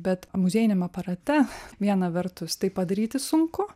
bet muziejiniame aparate viena vertus tai padaryti sunku